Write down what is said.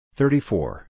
thirty-four